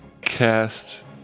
cast